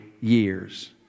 years